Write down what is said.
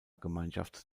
gemeinschaft